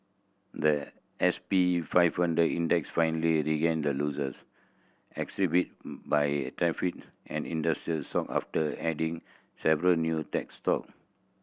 the S P five hundred Index finally regained losses attributed by tariff on industrial stocks after adding several new tech stock